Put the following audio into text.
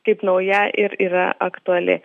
kaip nauja ir yra aktuali